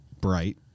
bright